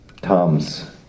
Tom's